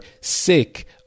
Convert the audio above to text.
sick